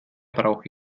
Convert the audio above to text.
brauche